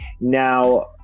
Now